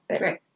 Right